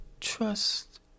trust